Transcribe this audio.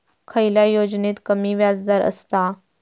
खयल्या योजनेत कमी व्याजदर असता?